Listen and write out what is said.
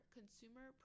Consumer